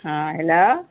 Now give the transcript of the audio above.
ہاں ہیلو